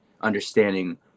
understanding